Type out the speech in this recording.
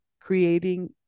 creating